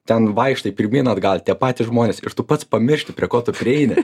ten vaikštai pirmyn atgal tie patys žmonės ir tu pats pamiršti prie ko tu prieini